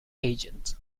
agent